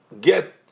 get